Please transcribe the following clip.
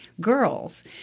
girls